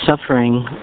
suffering